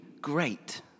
great